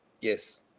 Yes